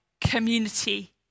community